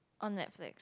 on Netflix